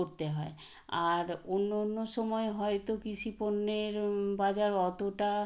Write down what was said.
পড়তে হয় আর অন্য অন্য সময় হয়তো কৃষি পণ্যের বাজার অতোটা